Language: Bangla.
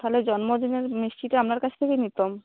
তাহলে জন্মদিনের মিষ্টিটা আপনার কাছ থেকে নিতাম